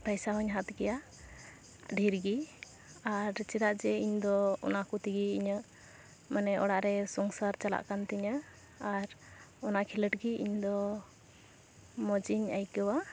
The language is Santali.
ᱯᱟᱭᱥᱟ ᱦᱚᱸᱧ ᱦᱟᱛᱟᱣ ᱜᱮᱭᱟ ᱰᱷᱮᱨ ᱜᱤ ᱟᱨ ᱪᱮᱫᱟᱜ ᱡᱮ ᱤᱧᱫᱚ ᱚᱱᱟᱠᱚ ᱛᱮᱜᱮ ᱤᱧᱟᱹᱜ ᱢᱟᱱᱮ ᱚᱲᱟᱜ ᱨᱮ ᱥᱚᱝᱥᱟᱨ ᱪᱟᱞᱟᱜ ᱠᱟᱱ ᱛᱤᱧᱟᱹ ᱟᱨ ᱚᱱᱟ ᱠᱷᱮᱞᱳᱰ ᱜᱮ ᱤᱧᱫᱚ ᱢᱚᱡᱽ ᱤᱧ ᱟᱹᱭᱠᱟᱹᱣᱟ